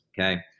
Okay